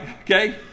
Okay